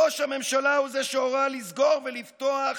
ראש הממשלה הוא זה שהורה לסגור ולפתוח